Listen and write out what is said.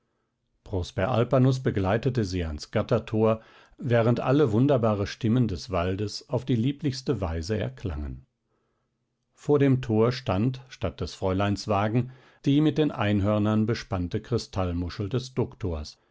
prosper alpanus begleitete sie ans gattertor während alle wunderbare stimmen des waldes auf die lieblichste weise erklangen vor dem tor stand statt des fräuleins wagen die mit den einhörnern bespannte kristallmuschel des doktors